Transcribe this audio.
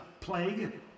plague